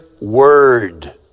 word